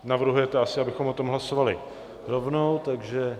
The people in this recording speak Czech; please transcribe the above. Navrhujete asi, abychom o tom hlasovali rovnou, takže...